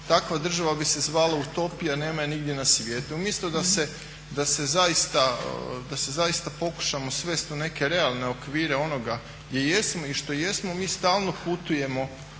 takva država bi se zvala utopija, nema je nigdje na svijetu. Umjesto da se zaista pokušamo svesti u neke realne okvire onoga gdje jesmo i što jesmo mi stalno putujemo